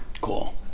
cool